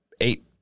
eight